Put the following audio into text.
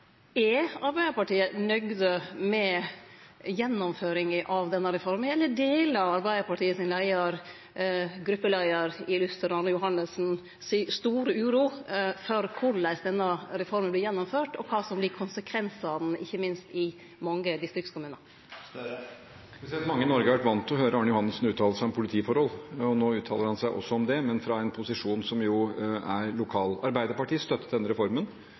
om Arbeidarpartiet er nøgd med gjennomføringa av denne reforma – eller deler leiaren av Arbeidarpartiet den store uroa til gruppeleiaren i Luster, Arne Johannessen, for korleis denne reforma vert gjennomført, og kva som vert konsekvensane, ikkje minst i mange distriktskommunar. Mange i Norge har vært vant til å høre Arne Johannessen uttale seg om politiforhold. Nå uttaler han seg også om det, men fra en lokal posisjon. Arbeiderpartiet støttet denne reformen. Vi var inne i sluttfasen og påvirket den,